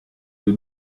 des